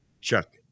Chuck